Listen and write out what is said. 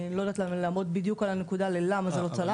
אני לא יודעת לעמוד בדיוק על הנקודה ללמה זה לא צלח.